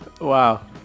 Wow